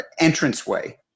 entranceway